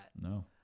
No